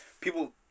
People